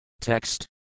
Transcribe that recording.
Text